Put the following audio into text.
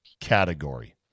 category